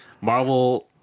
Marvel